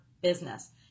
business